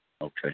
Okay